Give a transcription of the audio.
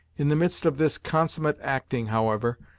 in the midst of this consummate acting, however,